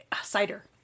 cider